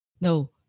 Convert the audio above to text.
No